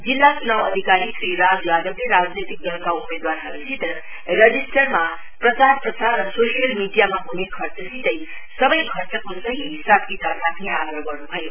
जिल्ला चुनाव अधिकारी श्री राज यादवले राजनैतिक दलका उम्मेदवारहरुसित रजिसट्ररमा प्रचार प्रसार र सोसियल मिडियामा हुने खर्चसितै सवै खर्चको सही हिसाब किताब राख्ने आग्रह गर्नु भयो